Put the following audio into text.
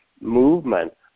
movement